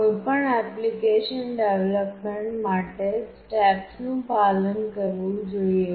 કોઈપણ application development માટે સ્ટેપ્સનું પાલન કરવું જોઈએ